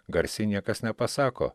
garsiai niekas nepasako